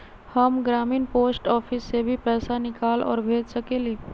हम ग्रामीण post office से भी पैसा निकाल और भेज सकेली?